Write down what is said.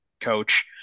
coach